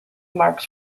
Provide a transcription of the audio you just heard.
marks